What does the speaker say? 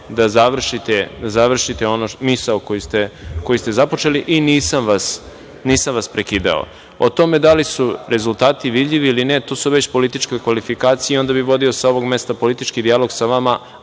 da završite misao koju ste započeli i nisam vas prekidao.O tome da li su rezultati vidljivi ili ne, to su već političke kvalifikacije, onda bi vodio sa ovog mesta politički dijalog sa vama,